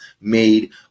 made